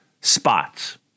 spots